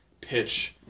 pitch